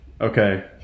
Okay